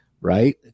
right